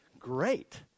great